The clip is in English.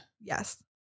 Yes